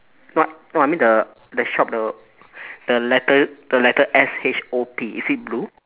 not no I mean the the shop the the letter the letter S H O P is it blue